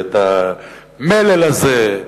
את המלל הזה.